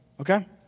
okay